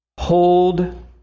Hold